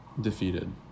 Defeated